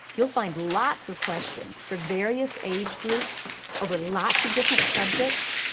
you'll find lots of questions for various age groups over lots of different subjects,